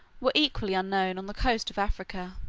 were equally unknown on the coast of africa.